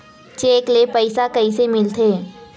Cheque ले पईसा कइसे मिलथे?